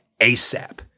ASAP